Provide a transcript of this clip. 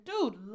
dude